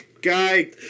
guy